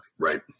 right